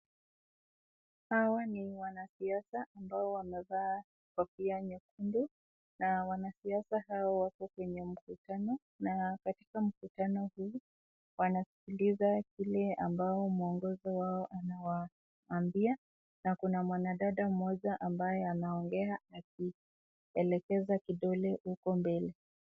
Hawa ni wanasiasa ambao wanavaa kofia nyekundu na wanasiasa hawa wako kwenye mkutano na katika mkutano huu, wanasikiliza kile ambao mwongozo wao anawaambia na kuna mwanadada mmoja ambaye anaongea akielekeza kidole huko mbele.